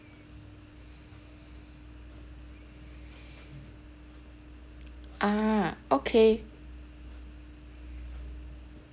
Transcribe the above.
ah okay